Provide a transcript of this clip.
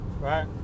right